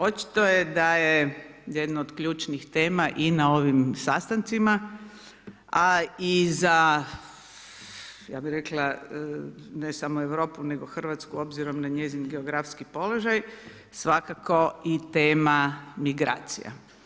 Očito je da je jedno od ključnih tema i na ovim sastancima, a i za, ja bih rekla, ne samo Europu, nego RH, obzirom na njezin geografski položaj, svakako i tema migracija.